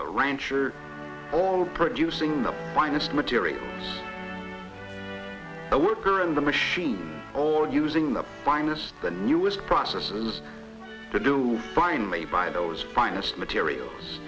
the rancher all producing the finest material the worker and the machines all using the finest the newest processes to do find me by those finest materials